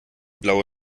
blaue